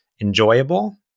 enjoyable